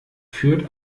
führt